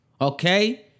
Okay